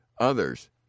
others